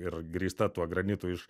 ir grįsta tuo granitu iš